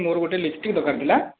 ମୋର ଗୋଟେ ଲିପିଷ୍ଟିକ ଦରକାର ଥିଲା